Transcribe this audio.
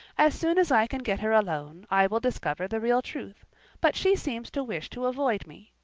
as soon as i can get her alone, i will discover the real truth but she seems to wish to avoid me.